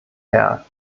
herr